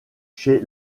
chez